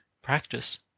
practice